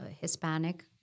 Hispanic